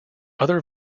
other